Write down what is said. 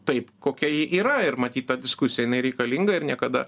taip kokia ji yra ir matyt ta diskusija jinai reikalinga ir niekada